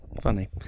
Funny